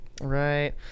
Right